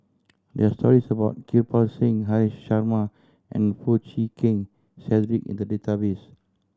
there are stories about Kirpal Singh Haresh Sharma and Foo Chee Keng Cedric in the database